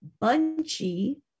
Bunchy